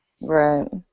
right